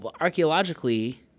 archaeologically